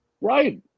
Right